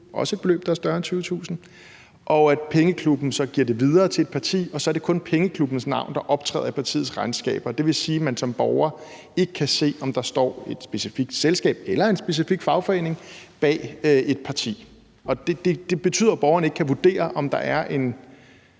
også et beløb, der er større end 20.000 kr. – og at pengeklubben så giver det videre til et parti, så det kun er pengeklubbens navn, der optræder i partiets regnskaber. Det vil sige, at man som borger ikke kan se, om der står et specifikt selskab eller en specifik fagforening bag et parti. Og det betyder, at borgeren ikke kan vurdere, om der er en